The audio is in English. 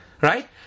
right